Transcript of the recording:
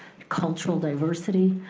cultural diversity.